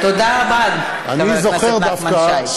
תודה רבה, חבר הכנסת נחמן שי.